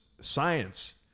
science